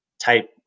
type